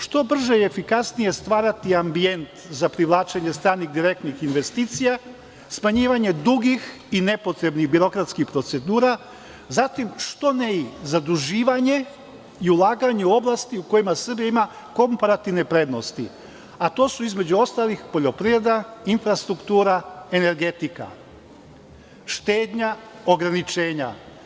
Što brže i efikasnije stvarati ambijent za privlačenje stranih direktnih investicija, smanjivanje dugih i nepotrebnih birokratskih procedura, zatim, što ne i zaduživanje i ulaganje u oblasti u kojima Srbija ima komparativne prednosti, a to su između ostalih poljoprivreda, infrastruktura, energetika, štednja ograničenja.